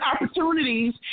opportunities